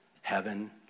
heaven